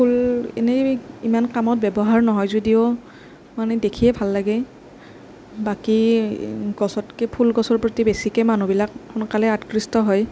ফুল এনেই ইমান কামত ব্যৱহাৰ নহয় যদিও মানে দেখিয়েই ভাল লাগে বাকী গছতকৈ ফুল গছৰ প্ৰতি বেছিকেই মানুহবিলাক সোনকালেই আকৃষ্ট হয়